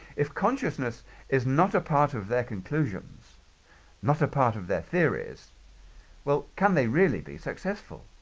if consciousness is not a part of their conclusions not a part of their theories well can they really be successful